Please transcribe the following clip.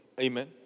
Amen